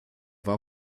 war